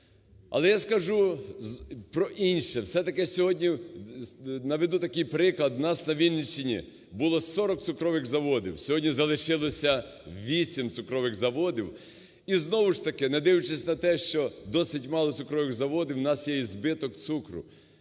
Але я скажу про інше. Все-таки сьогодні наведу такий приклад, у нас на Вінниччині було 40 цукрових заводів, сьогодні залишилося 8 цукрових заводів. І знову ж таки не дивлячись на те, що досить мало цукрових заводів, у нас єізбитокцукру.